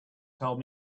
told